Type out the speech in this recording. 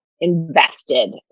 invested